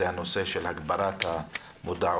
זה הנושא של הגברת המודעות,